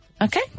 Okay